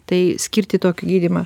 tai skirti tokį gydymą